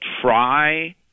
try